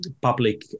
public